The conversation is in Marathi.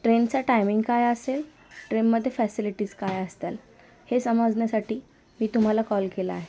ट्रेनचा टायमिंग काय असेल ट्रेनमध्ये फॅसिलिटीज काय असतल हे समजण्यासाठी मी तुम्हाला कॉल केला आहे